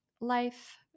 life